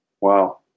Wow